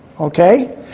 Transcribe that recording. Okay